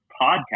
podcast